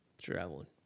traveling